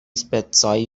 specoj